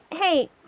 hey